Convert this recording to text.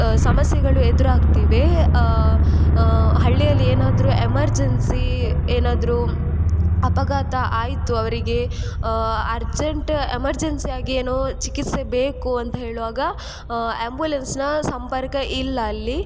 ಸಮಸ್ಯೆಗಳು ಎದುರಾಗ್ತಿವೆ ಹಳ್ಳಿಯಲ್ಲಿ ಏನಾದರು ಎಮರ್ಜನ್ಸಿ ಏನಾದರು ಅಪಘಾತ ಆಯಿತು ಅವರಿಗೆ ಅರ್ಜೆಂಟ್ ಎಮರ್ಜೆನ್ಸಿ ಆಗಿ ಏನೋ ಚಿಕಿತ್ಸೆ ಬೇಕು ಅಂತ ಹೇಳುವಾಗ ಆಂಬ್ಯುಲೆನ್ಸ್ನ ಸಂಪರ್ಕ ಇಲ್ಲ ಅಲ್ಲಿ